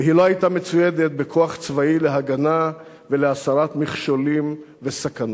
והיא לא היתה מצוידת בכוח צבאי להגנה ולהסרת מכשולים וסכנות.